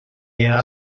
era